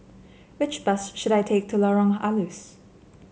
which bus should I take to Lorong Halus